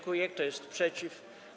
Kto jest przeciw?